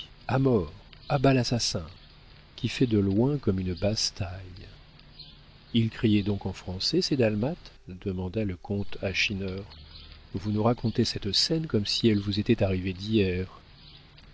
à bas l'assassin qui fait de loin comme une basse-taille ils criaient donc en français ces dalmates demanda le comte à schinner vous nous racontez cette scène comme si elle vous était arrivée d'hier